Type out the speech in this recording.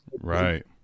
right